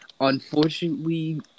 Unfortunately